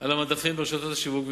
על המדפים ברשתות השיווק,